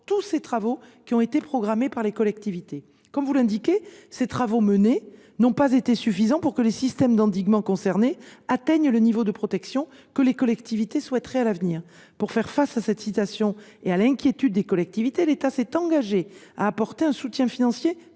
qu’ils étaient programmés par les collectivités. Comme vous l’indiquez, les travaux qui ont été menés n’ont pas suffi à faire en sorte que les systèmes d’endiguement concernés atteignent le niveau de protection que les collectivités souhaitent pour l’avenir. Pour faire face à cette situation et à l’inquiétude des collectivités, l’État s’est engagé à apporter un soutien financier,